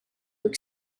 look